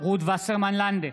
רות וסרמן לנדה,